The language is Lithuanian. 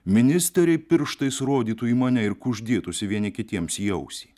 ministeriai pirštais rodytų į mane ir kuždėtųsi vieni kitiems į ausį